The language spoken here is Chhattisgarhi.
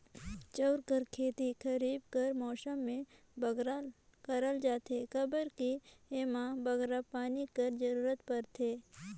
चाँउर कर खेती खरीब कर मउसम में बगरा करल जाथे काबर कि एम्हां बगरा पानी कर जरूरत परथे